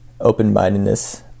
open-mindedness